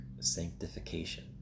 sanctification